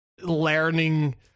learning